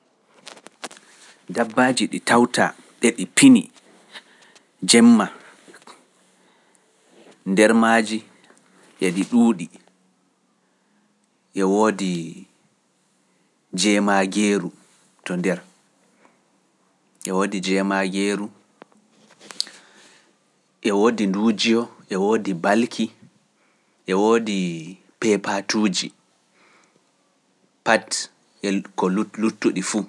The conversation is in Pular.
Dabbaaji ɗi tawtaa eɗi pini jemma nder maaji e ɗi ɗuuɗi, e woodi balki, e woodi jeemageru, e woodi peepatuji,e pati ko luttuɗi fuu.